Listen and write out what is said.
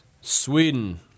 Sweden